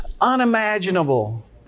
unimaginable